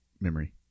memory